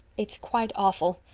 it's quite awful.